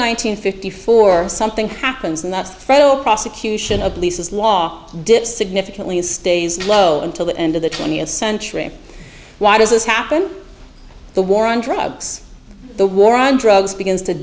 hundred fifty four something happens and that's the federal prosecution of leases law dips significantly stays low until the end of the twentieth century why does this happen the war on drugs the war on drugs begins to